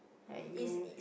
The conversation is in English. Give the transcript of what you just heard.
I mean